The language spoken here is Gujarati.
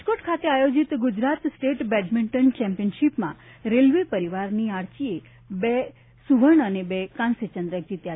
રાજકોટ ખાતે આયોજિત ગુજરાત સ્ટેટ બેડમિન્ટન ચેમ્પિયન શીપમાં રેલવે પરિવારની આર્ચીએ બે ગોલ્ડ અને બે કાંસ્ય ચંદ્રક જીત્યા